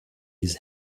his